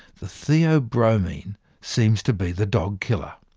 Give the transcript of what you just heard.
the theobromine seems to be the dog killer.